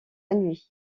nuit